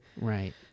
right